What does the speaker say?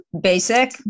basic